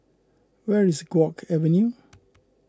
where is Guok Avenue